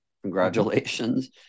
Congratulations